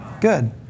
Good